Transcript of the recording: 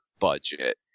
budget